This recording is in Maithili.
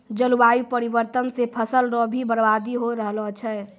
जलवायु परिवर्तन से फसल रो भी बर्बादी हो रहलो छै